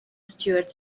stuart